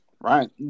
Right